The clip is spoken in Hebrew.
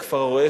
כפר-הרא"ה,